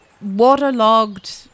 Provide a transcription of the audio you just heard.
waterlogged